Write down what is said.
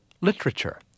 Literature